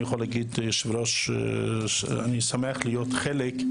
יכול להגיד ליושב ראש שאני שמח להיות חלק,